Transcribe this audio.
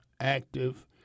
active